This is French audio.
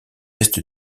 est